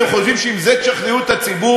אתם חושבים שעם זה תשכנעו את הציבור?